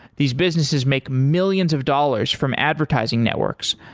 these businesses make millions of dollars from advertising networks,